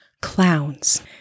clowns